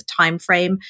timeframe